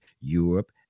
Europe